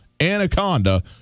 Anaconda